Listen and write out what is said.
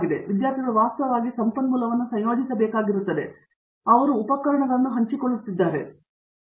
ಆದ್ದರಿಂದ ಹಾಗೆ ವಿದ್ಯಾರ್ಥಿಗಳು ವಾಸ್ತವವಾಗಿ ಸಂಪನ್ಮೂಲವನ್ನು ಸಂಯೋಜಿಸಬೇಕಾಗಿರುತ್ತದೆ ಮತ್ತು ಅವರು ಉಪಕರಣಗಳನ್ನು ಹಂಚಿಕೊಳ್ಳುತ್ತಿದ್ದಾರೆ ಮತ್ತು ಹೀಗೆ ಮಾಡಬಹುದು